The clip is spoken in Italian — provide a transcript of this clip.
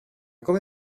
come